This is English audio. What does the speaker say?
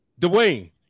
Dwayne